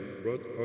brought